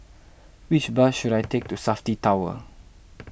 which bus should I take to Safti Tower